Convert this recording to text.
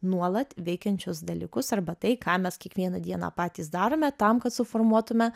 nuolat veikiančius dalykus arba tai ką mes kiekvieną dieną patys darome tam kad suformuotume